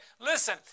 listen